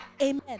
amen